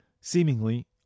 seemingly